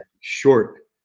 short